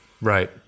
right